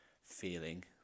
feeling